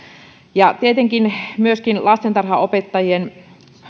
ja lastentarhanopettajien